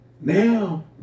Now